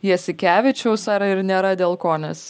jasikevičiaus ar ir nėra dėl ko nes